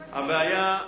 הבעיה,